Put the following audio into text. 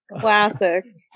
Classics